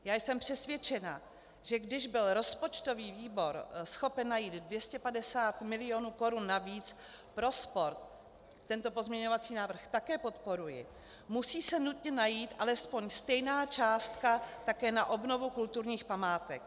Já jsem přesvědčena, že když byl rozpočtový výbor schopen najít 250 milionů korun navíc pro sport, tento pozměňovací návrh také podporuji, musí se nutně najít alespoň stejná částka také na obnovu kulturních památek.